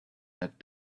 that